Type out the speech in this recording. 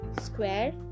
square